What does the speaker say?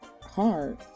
hard